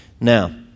Now